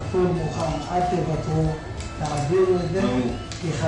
אזורים רוויי ארנונה לא יהיו שם בגלל